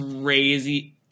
crazy